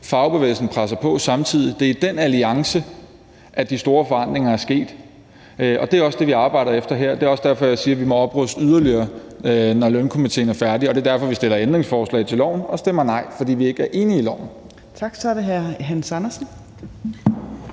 Fagbevægelsen presser så samtidig på. Det er med den alliance, de store forandringer er sket. Det er også det, vi arbejder efter her. Det er også derfor, jeg siger, at vi må opruste yderligere, når lønstrukturkomitéen er færdig, og det er derfor, vi stiller ændringsforslag til lovforslaget og stemmer nej, fordi vi ikke er enige i lovforslaget. Kl. 15:18 Fjerde